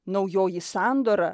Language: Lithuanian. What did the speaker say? naujoji sandora